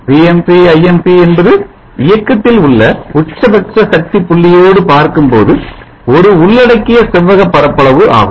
Vmp Imp என்பது இயக்கத்தில் உள்ள உச்சபட்ச சக்தி புள்ளியோடு பார்க்கும்போது ஒரு உள்ளடக்கிய செவ்வக பரப்பளவு ஆகும்